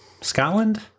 Scotland